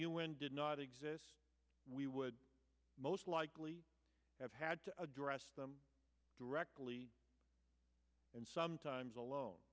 n did not exist we would most likely have had to address them directly and sometimes alone